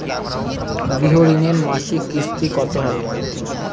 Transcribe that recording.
গৃহ ঋণের মাসিক কিস্তি কত হবে?